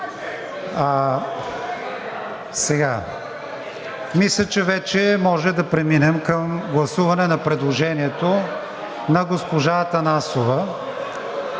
Мисля, че вече може да преминем към гласуване на предложението на госпожа Атанасова,